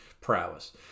prowess